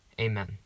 Amen